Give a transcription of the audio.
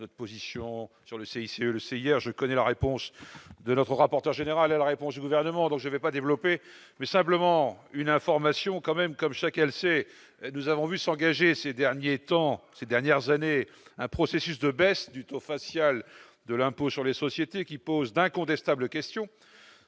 notre position sur le CIC, le hier, je connais la réponse de notre rapporteur général à la réponse du gouvernement, donc je vais pas développer, mais simplement une information quand même, comme chacun le sait, nous avons vu s'engager ces derniers temps, ces dernières années un processus de baisse du taux facial de l'impôt sur les sociétés qui pose d'incontestables question